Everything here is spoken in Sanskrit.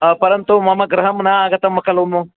परन्तु मम गृहं न आगतं खलु मु